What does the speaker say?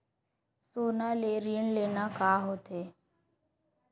सोना ले ऋण लेना का होथे?